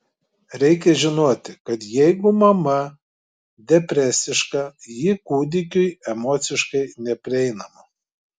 reikia žinoti kad jeigu mama depresiška ji kūdikiui emociškai neprieinama